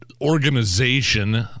organization